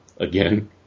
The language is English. again